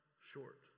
short